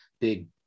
big